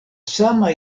sama